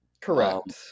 Correct